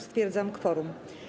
Stwierdzam kworum.